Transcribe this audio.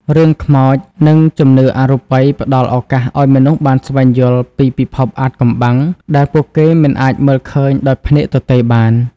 រឿងខ្មោចនិងជំនឿអរូបីផ្តល់ឱកាសឲ្យមនុស្សបានស្វែងយល់ពីពិភពអាថ៌កំបាំងដែលពួកគេមិនអាចមើលឃើញដោយភ្នែកទទេបាន។